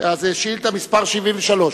(8 באפריל 2009):